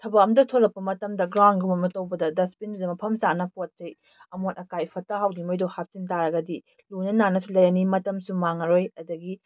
ꯊꯕꯛ ꯑꯝꯇ ꯊꯣꯂꯛꯄ ꯃꯇꯝꯗ ꯒ꯭ꯔꯥꯎꯟꯒꯨꯝꯕ ꯑꯃ ꯇꯧꯕꯗ ꯗꯁꯕꯤꯟꯁꯦ ꯃꯐꯝ ꯆꯥꯅ ꯄꯣꯠꯆꯩ ꯑꯃꯣꯠ ꯑꯀꯥꯏ ꯐꯠꯇ ꯍꯥꯎꯗꯤꯉꯩꯗꯣ ꯍꯥꯞꯆꯤꯟ ꯇꯥꯔꯒꯗꯤ ꯂꯨꯅ ꯅꯥꯟꯅꯁꯨ ꯂꯩꯔꯅꯤ ꯃꯇꯝꯁꯨ ꯃꯥꯡꯉꯔꯣꯏ ꯑꯗꯒꯤ